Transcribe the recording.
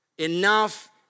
enough